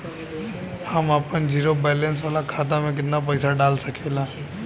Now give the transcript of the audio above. हम आपन zero balance वाला खाता मे केतना पईसा डाल सकेला?